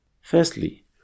Firstly